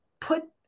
put